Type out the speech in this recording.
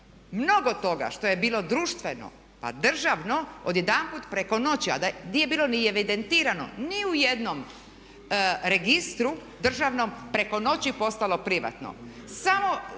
mnogo toga što je bilo društveno, pa državno odjedanput preko noći a da nije bilo ni evidentirano ni u jednom registru, državnom, preko noći postalo privatno. Samo